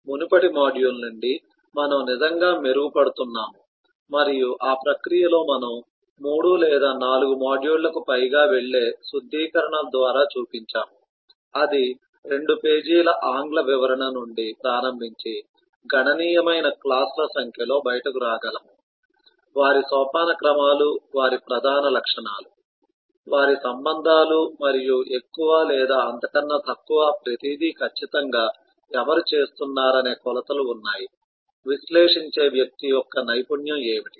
మునుపటి మోడల్ నుండి మనము నిజంగా మెరుగుపడుతున్నాము మరియు ఆ ప్రక్రియలో మనము 3 లేదా 4 మాడ్యూళ్ళకు పైగా వెళ్ళే శుద్ధీకరణల ద్వారా చూపించాము అది 2 పేజీల ఆంగ్ల వివరణ నుండి ప్రారంభించి గణనీయమైన క్లాస్ ల సంఖ్యలో బయటకు రాగలము వారి సోపానక్రమాలు వారి ప్రధాన లక్షణాలు వారి సంబంధాలు మరియు ఎక్కువ లేదా అంతకన్నా తక్కువ ప్రతిదీ ఖచ్చితంగా ఎవరు చేస్తున్నారనే కొలతలు ఉన్నాయి విశ్లేషించే వ్యక్తి యొక్క నైపుణ్యం ఏమిటి